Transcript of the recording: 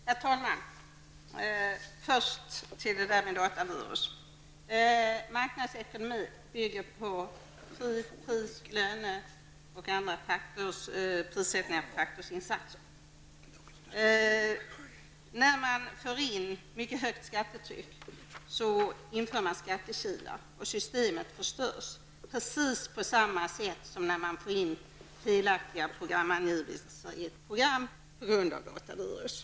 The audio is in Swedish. Herr talman! Först till resonemanget om datavirus. Marknadsekonomi bygger på fri prissättning, fri lönebildning och fri prissättning på andra faktorsinsatser. När man för in ett mycket högt skattetryck inför man skattekilar, och systemet förstörs. Det är precis på samma sätt som när man på grund av datavirus för in felaktiga programangivelser i ett dataprogram.